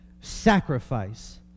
sacrifice